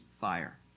fire